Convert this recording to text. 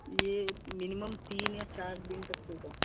ये मिनिमम तीन या चार दिन तक होगा